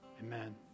Amen